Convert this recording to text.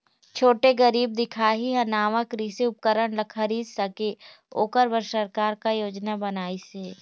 छोटे गरीब दिखाही हा नावा कृषि उपकरण ला खरीद सके ओकर बर सरकार का योजना बनाइसे?